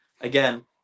again